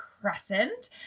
Crescent